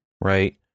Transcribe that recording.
Right